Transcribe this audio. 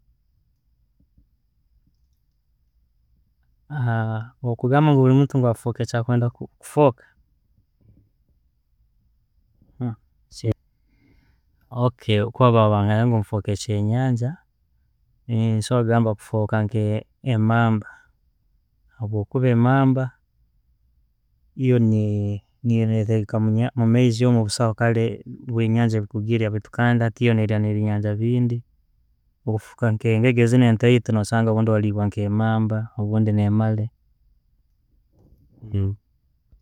Kugamba ngu buli muntu afooke kyakwenda ku- kufooka, kuba bagamba nfooke ekyenyangya, nkusobora kugamba kufooka emamba, habwokuba yo emamba ehereka mumaizi omwo busaho byenyanja kugirya baitu yo ne lya byenyanja bindi, wobufuka nke engege enteito, no sanga obundi zalibwa nke mamba ne male.